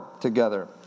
together